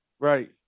Right